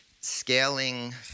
scaling